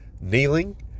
kneeling